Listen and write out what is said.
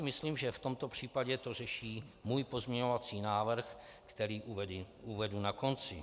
Myslím, že v tom případě to řeší můj pozměňovací návrh, který uvedu na konci.